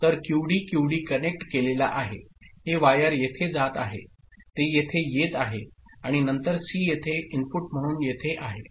तर QD QD connect केलेला आहे हे वायर येथे जात आहे ते येथे येत आहे आणि नंतर सी येथे इनपुट म्हणून येथे आहे